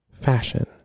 fashion